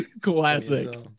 Classic